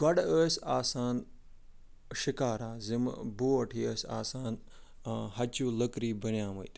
گۄڈٕ ٲسۍ آسان شِکاراز یِم بوٹ ہی ٲسۍ آسان ہَچوٗ لٔکریو بَنیمٕتۍ